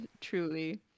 Truly